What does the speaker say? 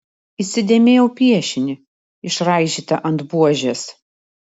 įsidėmėjau piešinį išraižytą ant buožės